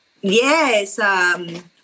Yes